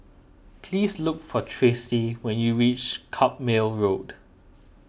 please look for Tracy when you reach Carpmael Road